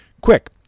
Quick